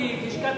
נישואין וגירושין?